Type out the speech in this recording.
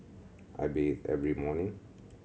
I bathe every morning